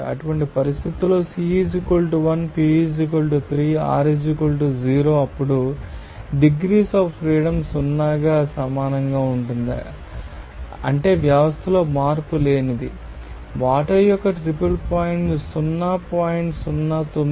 అటువంటి పరిస్థితులలో C 1 P 3 r 0 అప్పుడు డిగ్రీస్ అఫ్ ఫ్రీడమ్ 0 కి సమానంగా ఉంటాయి అంటే వ్యవస్థ మార్పులేనిది వాటర్ యొక్క ట్రిపుల్ పాయింట్ 0